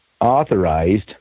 authorized